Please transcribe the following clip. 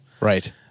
Right